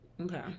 Okay